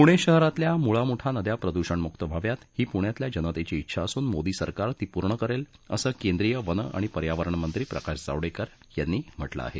पूणे शहरातल्या मुळा मुठा नद्या प्रदूषणमुक्त व्हाव्यात ही पूण्यातल्या जनतेची डेछा असून मोदी सरकार ती पूर्ण करेल असं केंद्रीय वन आणि पर्यावरण मंत्री प्रकाश जावडेकर यांनी म्हटलं आहे